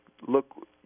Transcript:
look